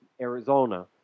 Arizona